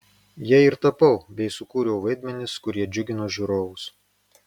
ja ir tapau bei sukūriau vaidmenis kurie džiugino žiūrovus